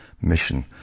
mission